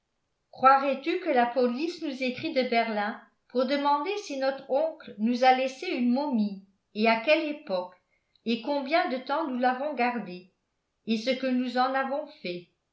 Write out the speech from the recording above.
croirais-tu que la police nous écrit de berlin pour demander si notre oncle nous a laissé une momie et à quelle époque et combien de temps nous l'avons gardée et ce que nous en avons fait